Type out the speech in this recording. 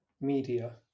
media